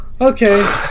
Okay